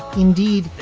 indeed,